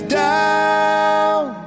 down